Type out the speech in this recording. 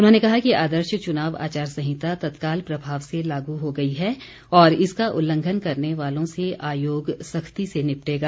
उन्होंने कहा कि आदर्श चुनाव आचार संहित तत्काल प्रभाव से लागू हो गई है और इसका उल्लंघन करने वालों से आयोग सख्ती से निपटेगा